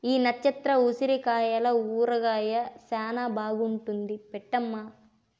ఈ నచ్చత్ర ఉసిరికాయల ఊరగాయ శానా బాగుంటాది పెట్టమ్మీ